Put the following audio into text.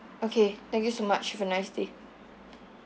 okay thank you so much have a nice day